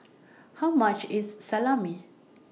How much IS Salami